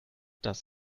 das